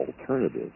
alternative